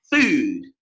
food